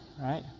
Right